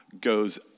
goes